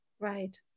Right